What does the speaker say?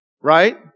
right